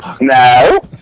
No